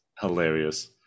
hilarious